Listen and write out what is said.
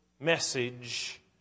message